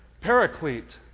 Paraclete